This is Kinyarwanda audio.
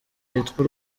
yitwa